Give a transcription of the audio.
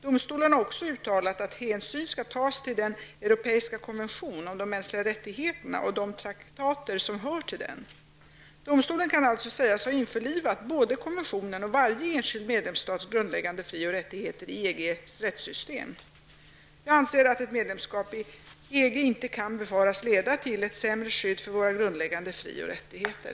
Domstolen har också uttalat att hänsyn skall tas till den europeiska konventionen om de mänskliga rättigheterna och de traktater som hör till den. Domstolen kan alltså sägas ha införlivat både konventionen och varje enskild medlemsstats grundläggande fri och rättigheter i EGs rättssystem. Jag anser att ett medlemskap i EG inte kan befaras leda till ett sämre skydd för våra grundläggande frioch rättigheter.